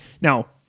Now